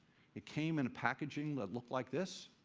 it came in packaging that looked like this.